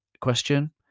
question